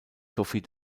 sophie